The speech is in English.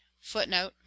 footnote